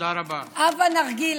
על זה נאמר "הבא נרגילה".